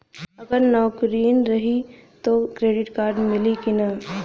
अगर नौकरीन रही त क्रेडिट कार्ड मिली कि ना?